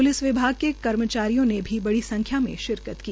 police विभाग के कर्मचारियों ने भी बड़ी संख्या में शिरकत की